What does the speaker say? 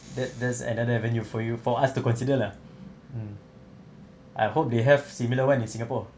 that there's another avenue for you for us to consider lah mm I hope they have similar one in singapore